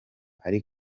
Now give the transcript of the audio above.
ari